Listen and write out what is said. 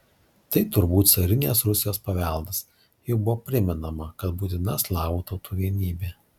tai turbūt carinės rusijos paveldas juk buvo primenama kad būtina slavų tautų vienybė